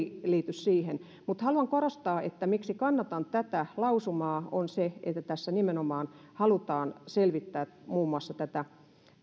siihen haluan korostaa että se miksi kannatan tätä lausumaa on se että tässä nimenomaan halutaan selvittää muun muassa tätä